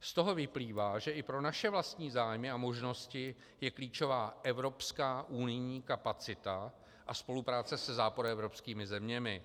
Z toho vyplývá, že i pro naše vlastní zájmy a možnosti je klíčová evropská unijní kapacita a spolupráce se západoevropskými zeměmi.